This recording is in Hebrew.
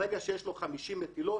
ברגע שיש לו חמישים מטילות,